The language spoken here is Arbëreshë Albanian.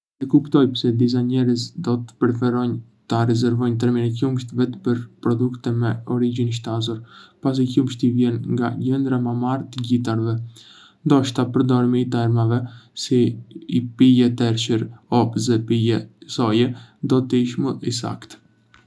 E kuptoj pse disa njerëz do të preferonin ta rezervonin termin "qumësht" vetëm për produktet me origjinë shtazore, pasi qumështi vjen nga gjëndrat mamare të gjitarëve. Ndoshta përdorimi i termave si "pije tërshëre" ose "pije soje" do të ishte më i saktë.